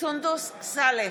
סונדוס סאלח,